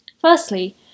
Firstly